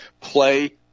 play